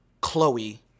Chloe